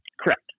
Correct